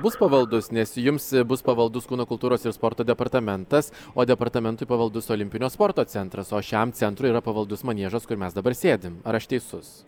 bus pavaldus nes jums bus pavaldus kūno kultūros ir sporto departamentas o departamentui pavaldus olimpinio sporto centras o šiam centrui yra pavaldus maniežas kur mes dabar sėdim ar aš teisus